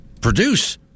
produce